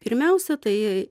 pirmiausia tai